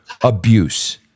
abuse